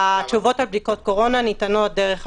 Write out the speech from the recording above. התשובות על בדיקות קורונה ניתנות דרך הקופות.